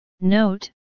Note